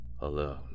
alone